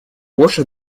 больше